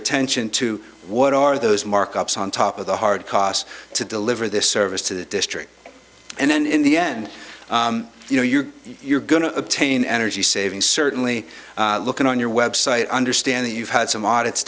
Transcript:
attention to what are those markups on top of the hard cost to deliver this service to the district and then in the end you know you're you're going to obtain energy saving certainly looking on your website understand that you've had some